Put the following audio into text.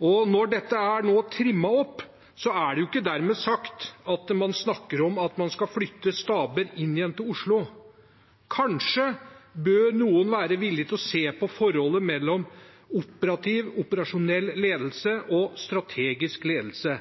Men når dette nå er trimmet opp, er det ikke dermed sagt at man snakker om at man skal flytte staber inn igjen til Oslo. Kanskje bør noen være villig til å se på forholdet mellom operativ/operasjonell ledelse og strategisk ledelse.